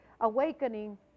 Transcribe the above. awakening